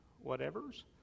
whatever's